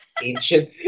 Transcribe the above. Ancient